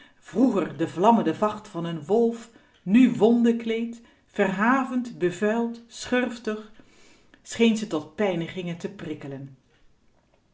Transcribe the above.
de vlammende vacht van n wolf nu wonde kleed verhavend bevuild schurftig scheen ze tot pijnigingen te prikkelen